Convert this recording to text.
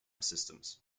systems